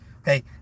Okay